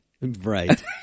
right